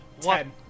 Ten